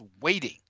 waiting